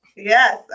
Yes